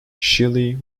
chile